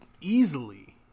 easily